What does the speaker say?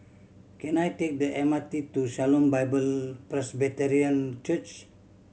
can I take the M R T to Shalom Bible Presbyterian Church